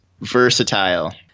versatile